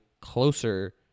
closer